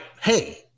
hey